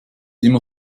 immer